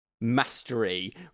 Mastery